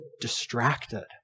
distracted